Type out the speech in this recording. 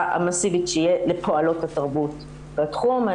המסיבית שתהיה לפועלות התרבות בתחום.